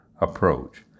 approach